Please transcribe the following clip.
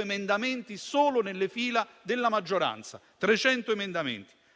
emendamenti solo nelle fila della maggioranza